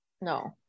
no